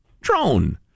drone